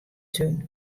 tún